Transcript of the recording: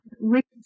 Rick